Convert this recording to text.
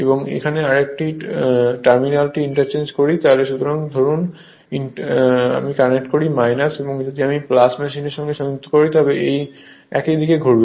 এবং যদি আমরা এই টার্মিনালটি ইন্টারচেঞ্জ করি ধরুন যদি আমি কানেক্ট করি এবং যদি আমি মেশিনের সাথে সংযুক্ত করি তবে একই দিকে ঘুরবে